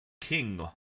King